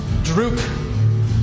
Droop